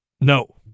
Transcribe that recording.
No